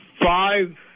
five